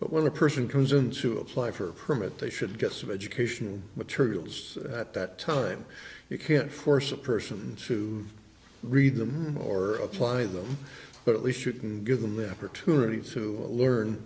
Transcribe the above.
but when a person comes in to apply for a permit they should get some education materials at that time you can't force a person to read them or apply them but at least you can give them the opportunity to learn